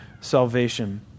salvation